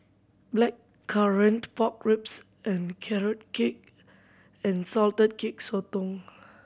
Blackcurrant Pork Ribs and Carrot Cake and salted cake sotong